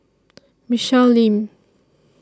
Michelle Lim